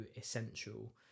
essential